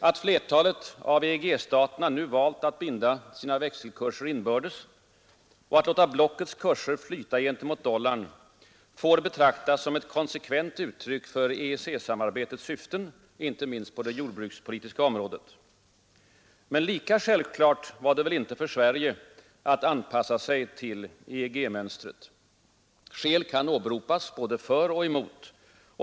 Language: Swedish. Att flertalet av EG-staterna nu valt att binda sina växelkurser inbördes och att låta blockets kurser flyta gentemot dollarn får betraktas som ett konsekvent uttryck för EG-samarbetets syften, inte minst på det jordbrukspolitiska området. Men lika självklart var det väl inte för Sverige att anpassa sig till EG-mönstret. Skäl kan åberopas både för och emot.